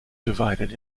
divided